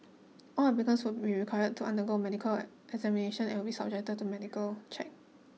all applicants will be required to undergo a medical examination and will be subject to medical check